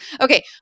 Okay